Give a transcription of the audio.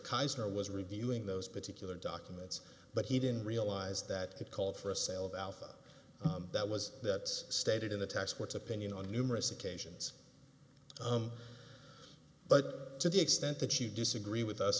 kaiser was reviewing those particular documents but he didn't realize that it called for a sale of alpha that was that stated in the tax court's opinion on numerous occasions but to the extent that you disagree with us